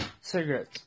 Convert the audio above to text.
cigarettes